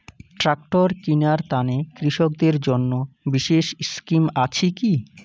Tractor কিনার তানে কৃষকদের জন্য বিশেষ স্কিম আছি কি?